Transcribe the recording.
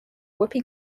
whoopi